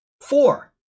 Four